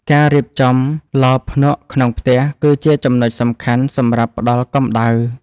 ការរៀបចំឡភ្នក់ក្នុងផ្ទះគឺជាចំណុចសំខាន់សម្រាប់ផ្ដល់កម្ដៅ។